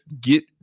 get